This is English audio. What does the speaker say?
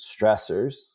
stressors